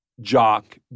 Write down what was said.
jock